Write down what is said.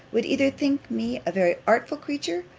would either think me a very artful creature,